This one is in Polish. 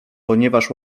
ponieważ